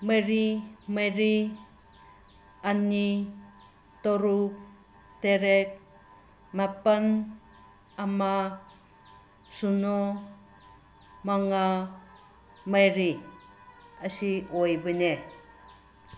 ꯃꯔꯤ ꯃꯔꯤ ꯑꯅꯤ ꯇꯔꯨꯛ ꯇꯔꯦꯠ ꯃꯥꯄꯟ ꯑꯃ ꯁꯤꯅꯣ ꯃꯉꯥ ꯃꯔꯤ ꯑꯁꯤ ꯑꯣꯏꯕꯅꯦ